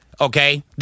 okay